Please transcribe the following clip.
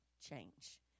change